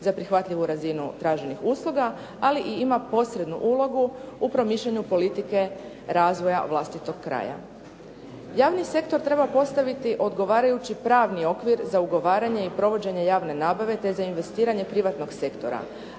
za prihvatljivu razinu traženih usluga, ali i ima posrednu ulogu u promišljanju politike razvoja vlastitog kraja. Javni sektor treba postaviti odgovarajući pravni okvir za ugovaranje i provođenje javne nabave te za investiranje privatnog sektora.